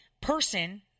person